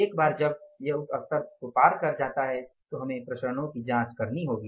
एक बार जब यह उस स्तर को पार कर जाता है तो हमें विचरणों की जांच करनी होगी